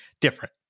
different